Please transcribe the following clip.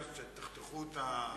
אוקיי, אז הם ימצאו אותי.